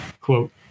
quote